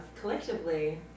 collectively